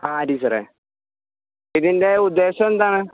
ആ ടീച്ചറെ ഇതിൻ്റെ ഉദ്ദേശം എന്താണ്